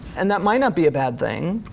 and that might not be a bad thing,